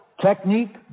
Technique